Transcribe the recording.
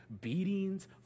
beatings